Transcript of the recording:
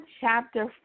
chapter